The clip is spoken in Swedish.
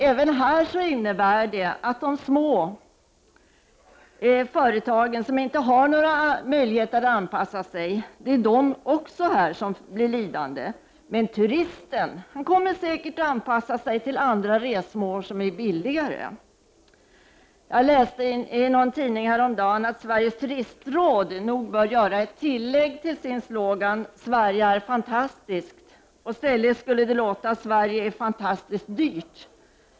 Även här innebär det att det är småföretagen, som inte har några möjligheter att anpassa sig, som blir lidande. Men turisten kommer säkert att anpassa sig till andra resmål som är billigare. Jag läste häromdagen i någon tidning att Sveriges turistråd nog bör göra ett tillägg till sin slogan ”Sverige är fantastiskt”. I stället borde det heta ”Sverige är fantastiskt dyrt”.